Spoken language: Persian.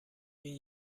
این